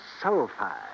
sulfide